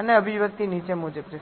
અને અભિવ્યક્તિ નીચે મુજબ છે